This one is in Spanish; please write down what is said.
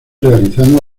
realizando